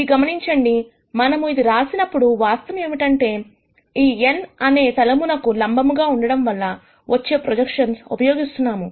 ఇది గమనించండి మనము ఇది రాసినప్పుడు వాస్తవం ఏమిటంటే మనము ఈ n అనే తలమునకు లంబముగా ఉండటం వల్ల వచ్చే ప్రొజెక్షన్స్ ఉపయోగిస్తున్నాము